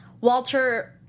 Walter